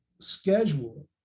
schedule